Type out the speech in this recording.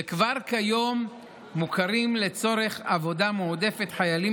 וכבר כיום מוכרים לצורך עבודה מועדפת חיילים